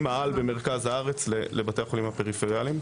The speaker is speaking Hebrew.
העל במרכז הארץ לבתי החולים הפריפריאליים.